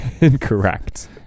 Incorrect